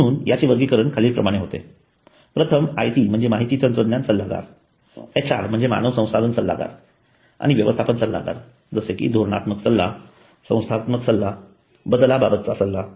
म्हणून याचे वर्गीकरण खालील प्रमाणे होते प्रथम आय टी म्हणजे माहिती तंत्रद्यान सल्लागार एचआर म्हणजे मानव संसाधन सल्लागार आणि व्यवस्थापन सल्लागार जसे की धोरणात्मक सल्ला संस्थात्मक सल्ला आणि बदलाबाबतचा सल्ला